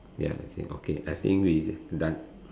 ya okay okay I think we done